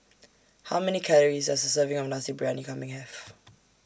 How Many Calories Does A Serving of Nasi Briyani Kambing Have